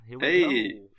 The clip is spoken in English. Hey